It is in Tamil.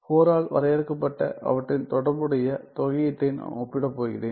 IV ஆல் வரையறுக்கப்பட்ட அவற்றின் தொடர்புடைய தொகையீட்டை நான் ஒப்பிடப் போகிறேன்